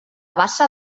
bassa